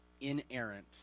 inerrant